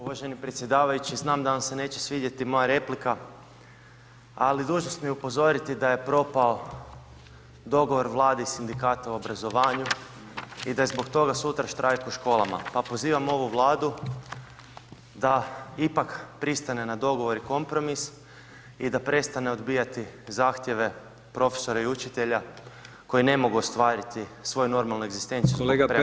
Uvaženi predsjedavajući znam da vam se neće svidjeti mora replika, ali dužnost mi je upozoriti da je propao dogovor Vlade i Sindikata u obrazovanju i da je zbog toga sutra štrajk u školama, pa pozivam ovu Vladu da ipak pristane na dogovor i kompromis i da prestane odbijati zahtjeve profesora i učitelja koji ne mogu ostvariti svoju normalnu egzistenciju zbog premalih plaća.